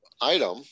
item